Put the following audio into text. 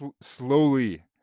slowly